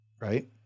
right